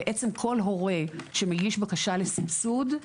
בעצם, כל הורה שמגיש בקשה לסבסוד,